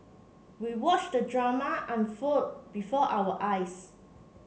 we watched the drama unfold before our eyes